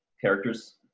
characters